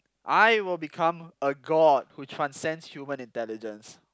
I will become a god who transcends human intelligence